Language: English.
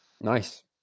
Nice